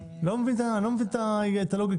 אני לא מבין את הלוגיקה,